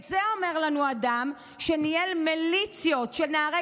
את זה אומר לנו אדם שניהל מיליציות של נערי